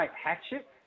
Hatchet